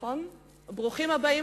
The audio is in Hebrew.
ברוכים הבאים,